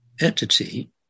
entity